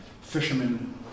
Fishermen